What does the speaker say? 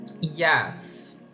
yes